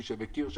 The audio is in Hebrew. מי שמכיר,